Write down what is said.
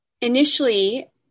Initially